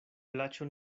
plaĉo